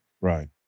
Right